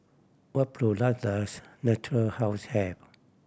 what product does Natura House have